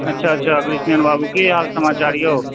अच्छा अच्छा कृष्ण नारायण बाबू की हाल समाचार यौ